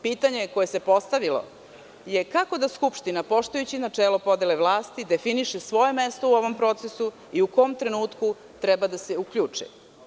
Pitanje koje se postavilo jeste – kako da Skupština poštujući načelo podele vlasti definiše svoje mesto u ovom procesu i u kom trenutku treba da se uključi.